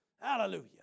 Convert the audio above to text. Hallelujah